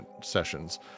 sessions